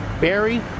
Barry